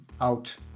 out